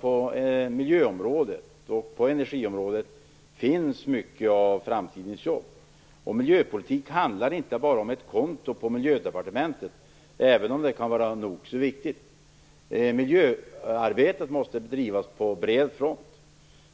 På miljöområdet och energiområdet finns mycket av framtidens jobb. Miljöpolitik handlar inte bara om ett konto på Miljödepartementet, även om det kan vara nog så viktigt. Miljöarbetet måste drivas på bred front.